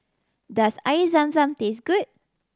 does Air Zam Zam taste good